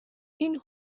این